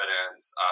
evidence